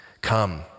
come